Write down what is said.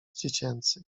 dziecięcych